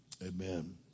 Amen